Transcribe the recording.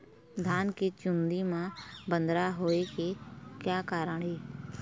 धान के चुन्दी मा बदरा होय के का कारण?